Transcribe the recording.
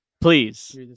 Please